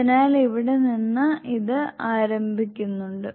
അതിനാൽ ഇവിടെ നിന്ന് ഇത് ആരംഭിക്കുന്നുണ്ട്